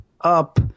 up